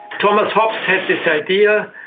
thomas hobbes had this idea,